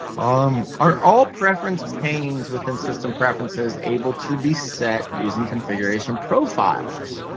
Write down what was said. um are all preference panes within system preferences able to be set using configuration profiles?